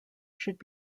should